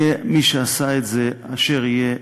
יהיה מי שעשה את זה אשר יהיה,